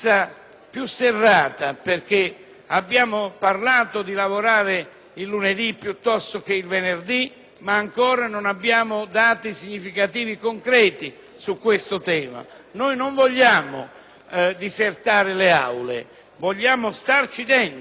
più serrata, perché abbiamo parlato di lavorare il lunedì, piuttosto che il venerdì, ma ancora non abbiamo dati significativi e concreti sul tema. Non vogliamo disertare le Aule, ma starci dentro.